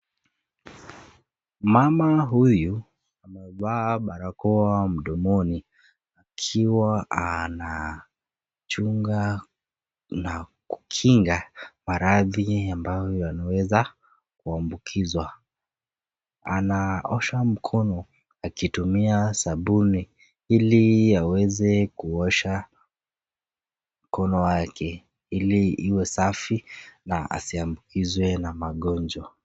Mama huyu, amevaa barakoa mdomoni, akiwa anachunga na kukinga maradhi ambayo yanaweza kuambukizwa. Anaosha mkono akitumia sabuni ili aweze kuosha mkono wake ili iwe safi na asiambukizwe na magonjwa.